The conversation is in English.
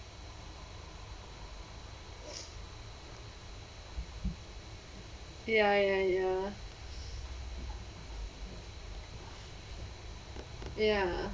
ya ya ya ya